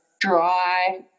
dry